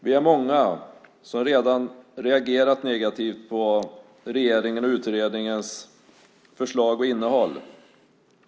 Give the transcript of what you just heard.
Vi är många som redan reagerat negativt på regeringens och utredningens förslag och innehåll.